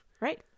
right